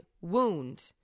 wound